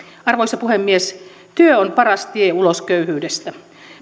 arvoisa puhemies työ on paras tie ulos köyhyydestä